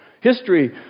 History